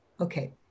Okay